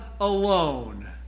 alone